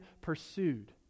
pursued